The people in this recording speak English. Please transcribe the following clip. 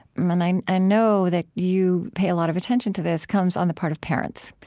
and i and know that you pay a lot of attention to this, comes on the part of parents.